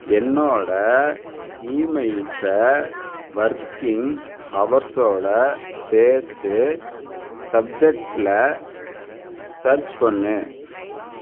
என்னோட இமெயில்ஸை ஒர்க்கிங் ஹவர்ஸோடு சேர்த்து சப்ஜெக்ட்டில் சர்ச் பண்ணு